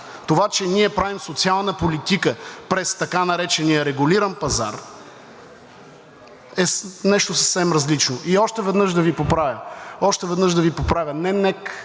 Това, че ние правим социална политика през така наречения регулиран пазар, е нещо съвсем различно. Още веднъж да Ви поправя – не